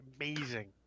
Amazing